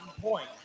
point